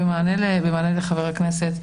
במענה לחבר הכנסת,